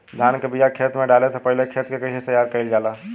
धान के बिया खेत में डाले से पहले खेत के कइसे तैयार कइल जाला?